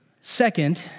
second